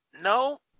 No